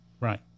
right